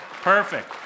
Perfect